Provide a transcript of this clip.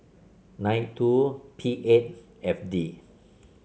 nine two P eight F D